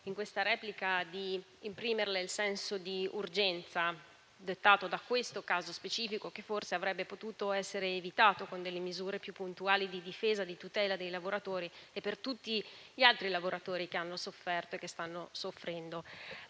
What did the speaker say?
in questa replica di imprimerle il senso di urgenza dettato da questo caso specifico, che forse avrebbe potuto essere evitato con delle misure più puntuali di difesa e di tutela dei lavoratori e per tutti gli altri lavoratori che hanno sofferto e che stanno soffrendo.